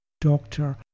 doctor